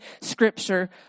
Scripture